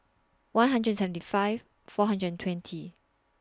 one hundred and seventy five four hundred and twenty